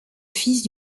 fils